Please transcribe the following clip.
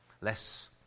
less